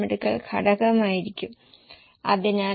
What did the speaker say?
അവർ എന്തെങ്കിലും സൂചന നൽകിയിട്ടുണ്ടോ